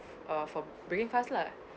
oh for breaking fast lah